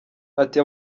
ati